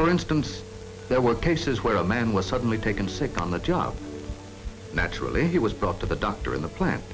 for instance there were cases where a man was suddenly taken sick on the job naturally he was brought to the doctor in the plant